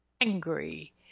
angry